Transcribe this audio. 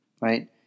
right